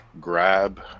grab